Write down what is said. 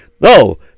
No